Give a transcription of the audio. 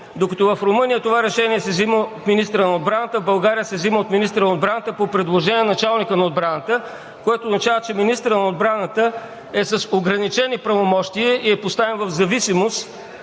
Докато в Румъния това решение се взима от министъра на отбраната, в България се взима от министъра на отбраната по предложение на началника на отбраната, което означава, че министърът на отбраната е с ограничени правомощия и е поставен в зависимост